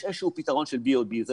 יש איזה שהוא פתרון של ביו דיזל,